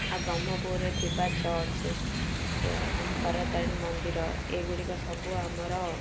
ଆଉ ବ୍ରହ୍ମପୁରରେ ଥିବା ଚର୍ଚ୍ଚ ଏବଂ ତାରାତାରିଣୀ ମନ୍ଦିର ଏଗୁଡ଼ିକ ସବୁ ଆମର